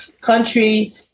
country